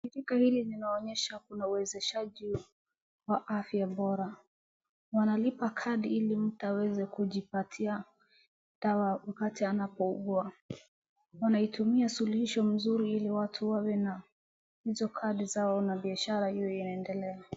Shirika hili linaonyesha kuna uwezeshaji wa afya bora. wanalipa kadi ili mtu aweze kujipatia dawa wakati anapougua. Wanahitumia suluhisho mzuri ili watu wawe na hizo kadi zao na biashara iwe inaendelea.